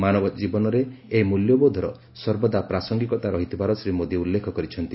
ମାନବ ଜୀବନରେ ଏହି ମୂଲ୍ୟବୋଧର ସର୍ବଦା ପ୍ରାସଙ୍ଗିକତା ରହିଥିବାର ଶ୍ରୀମୋଦୀ ଉଲ୍ଲେଖ କରିଛନ୍ତି